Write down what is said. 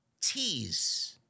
tease